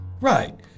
Right